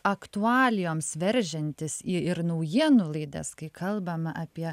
aktualijoms veržiantis į ir naujienų laidas kai kalbama apie